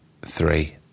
three